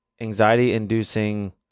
Anxiety-inducing